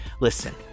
listen